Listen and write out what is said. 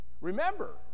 Remember